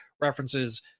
references